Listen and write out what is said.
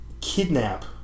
kidnap